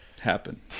happen